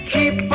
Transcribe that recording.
Keep